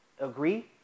agree